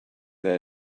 that